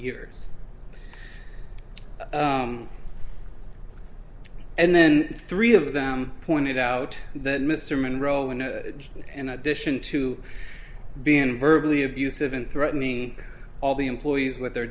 years and then three of them pointed out that mr monroe and in addition to being virtually abusive and threatening all the employees with their